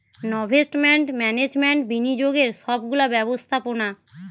investment management বিনিয়োগের সব গুলা ব্যবস্থাপোনা